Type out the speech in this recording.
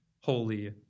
holy